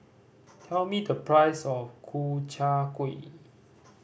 tell me the price of Ku Chai Kuih